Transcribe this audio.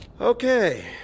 Okay